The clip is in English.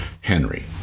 Henry